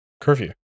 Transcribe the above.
Curfew